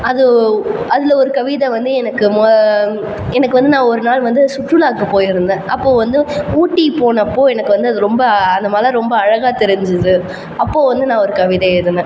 அது அதில் ஒரு கவிதை வந்து எனக்கு மா எனக்கு வந்து நான் ஒரு நாள் வந்து சுற்றுலாக்கு போய் இருந்தேன் அப்போது வந்து ஊட்டி போனப்போ எனக்கு வந்து அது ரொம்ப அந்த மலை ரொம்ப அழகாக தெரிஞ்சுது அப்போது வந்து நான் ஒரு கவிதை எழுதினேன்